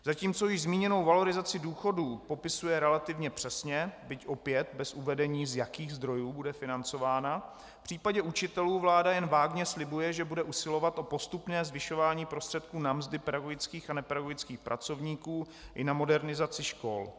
Zatímco již zmíněnou valorizaci důchodů popisuje relativně přesně, byť opět bez uvedení, z jakých zdrojů bude financována, v případě učitelů vláda jen vágně slibuje, že bude usilovat o postupné zvyšování prostředků na mzdy pedagogických a nepedagogických pracovníků i na modernizaci škol.